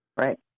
Right